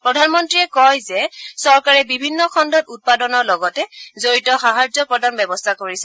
প্ৰধানমন্ত্ৰীয়ে কয় যে চৰকাৰে বিভিন্ন খণ্ডত উৎপাদনৰ লগত জড়িত সাহায্য প্ৰদানৰ ব্যৱস্থা কৰিছে